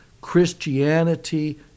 Christianity